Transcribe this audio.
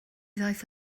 ddaeth